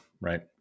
right